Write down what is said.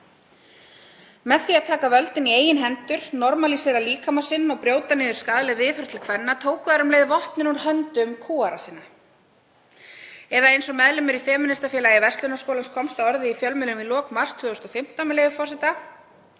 Með því að taka völdin í eigin hendur, normalísera líkama sinn og brjóta niður skaðleg viðhorf til kvenna, tóku þær um leið vopnin úr höndum kúgara sinna eða, eins og meðlimur í Femínistafélagi Verslunarskólans komst að orði í fjölmiðlum í lok mars 2015, með leyfi forseta: